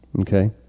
Okay